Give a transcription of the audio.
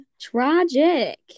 Tragic